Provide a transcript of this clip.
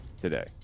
today